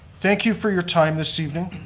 thank you for your time this evening.